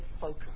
focus